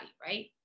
right